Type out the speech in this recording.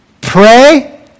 pray